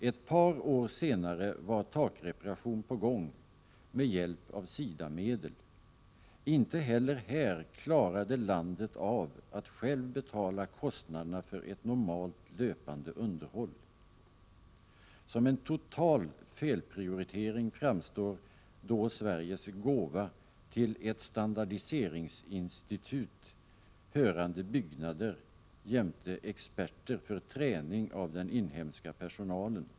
Ett par år senare var takreparationer på gång — med 49 hjälp av SIDA-medel. Inte heller här klarade landet av att självt betala kostnaderna för ett normalt löpande underhåll. Som en total felprioritering framstår då Sveriges gåva av till ett standardiseringsinstitut hörande byggnader jämte experter för träning av den inhemska personalen.